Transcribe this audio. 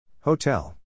Hotel